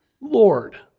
Lord